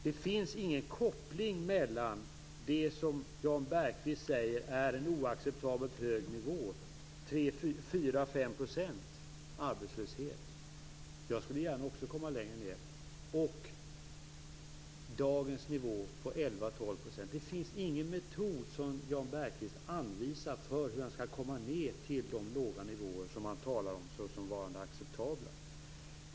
Det finns ingen koppling mellan det som Jan Bergqvist säger är en oacceptabelt hög nivå på 4-5 % arbetslöshet - jag skulle också gärna komma längre ned - och dagens nivå på 11-12 %. Jan Bergqvist anvisar ingen metod för hur man skall komma ned till de låga nivåer som han talar om som varande acceptabla.